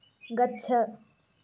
गच्छ